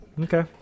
okay